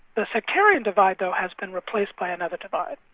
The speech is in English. the sectarian divide, though, has been replaced by another divide,